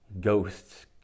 Ghosts